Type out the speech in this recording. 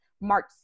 March